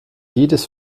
jedes